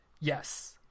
Yes